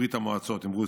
ברית המועצות, עם רוסיה.